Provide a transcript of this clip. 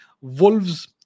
Wolves